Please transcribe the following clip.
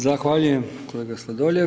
Zahvaljujem kolega Sladoljev.